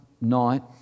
night